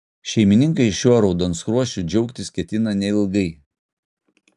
šeimininkai šiuo raudonskruosčiu džiaugtis ketina neilgai